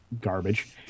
garbage